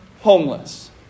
homeless